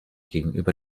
gegenüber